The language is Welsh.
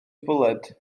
bwled